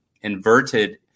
inverted